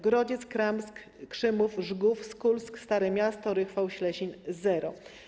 Grodziec, Kramsk, Krzymów, Rzgów, Skulsk, Stare Miasto, Rychwał, Ślesin - zero.